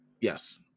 Yes